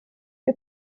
wir